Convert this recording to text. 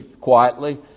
quietly